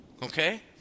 Okay